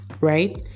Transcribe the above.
right